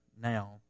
now